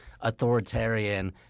authoritarian